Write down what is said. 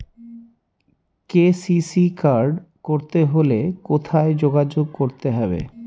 KCC card করতে হলে কোথায় যোগাযোগ করতে হবে?